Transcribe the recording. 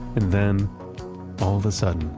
and then all of a sudden,